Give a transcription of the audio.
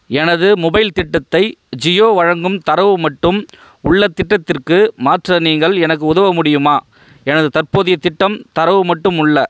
எனது மொபைல் திட்டத்தை ஜியோ வழங்கும் தரவு மட்டும் உள்ள திட்டத்திற்கு மாற்ற நீங்கள் எனக்கு உதவ முடியுமா எனது தற்போதைய திட்டம் தரவு மட்டும் உள்ள